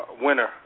Winner